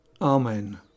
Amen